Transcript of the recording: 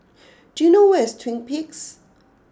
do you know where is Twin Peaks